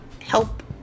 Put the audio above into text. help